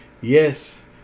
Yes